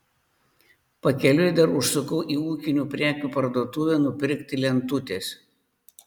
pakeliui dar užsukau į ūkinių prekių parduotuvę nupirkti lentutės